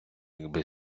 якби